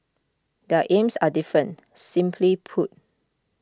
their aims are different simply put